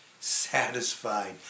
satisfied